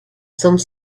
some